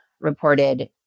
reported